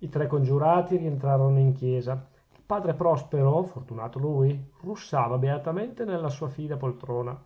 i tre congiurati rientrarono in chiesa il padre prospero fortunato lui russava beatamente nella sua fida poltrona